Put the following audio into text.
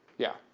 yeah.